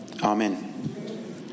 Amen